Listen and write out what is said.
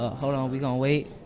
hold on. we going to wait.